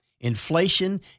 Inflation